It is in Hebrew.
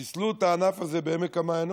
חיסלו את הענף הזה בעמק המעיינות.